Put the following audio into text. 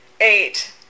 eight